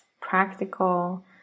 practical